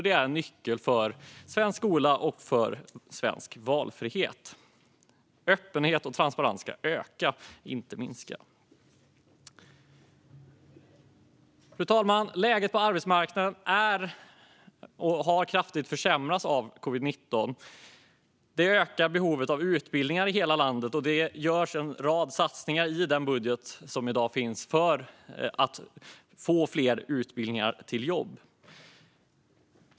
Det är en nyckel för svensk skola och för svensk valfrihet. Öppenheten och transparensen ska öka, inte minska. Fru talman! Läget på arbetsmarknaden har kraftigt försämrats av covid-19. Detta ökar behovet av utbildningar i hela landet, och det görs en rad satsningar i den budget som i dag finns för att få fler utbildningar till jobb.